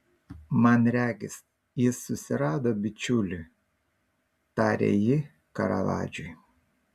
man regis jis susirado bičiulį tarė ji karavadžui